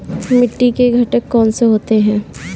मिट्टी के घटक कौन से होते हैं?